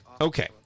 Okay